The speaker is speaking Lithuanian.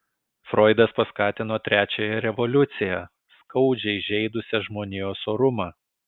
froidas paskatino trečiąją revoliuciją skaudžiai žeidusią žmonijos orumą